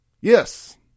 Yes